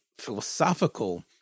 philosophical